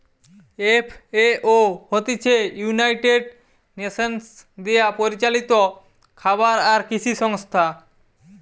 FAO হতিছে United Nations দিয়া পরিচালিত খাবার আর কৃষি সংস্থা